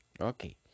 okay